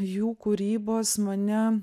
jų kūrybos mane